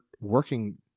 working